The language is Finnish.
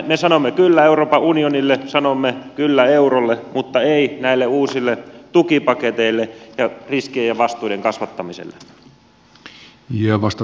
me sanomme kyllä euroopan unionille sanomme kyllä eurolle mutta ei näille uusille tukipaketeille ja riskien ja vastuiden kasvattamiselle